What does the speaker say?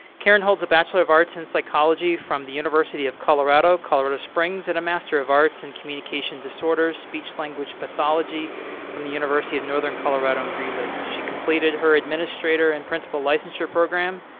karen holds a bachelor of arts in psychology from the university of colorado, colorado springs, and a master of arts in communication disorders, speech language pathology from the university of northern colorado in greeley. she completed her administrator and principal licensure program